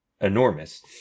enormous